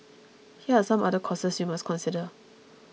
here are some other costs you must consider